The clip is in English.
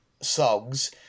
songs